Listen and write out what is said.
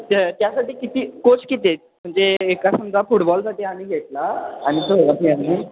त्या त्यासाठी किती कोच किती आहेत म्हणजे एका समजा फुटबॉलसाठी आम्ही घेतला आणि